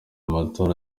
matora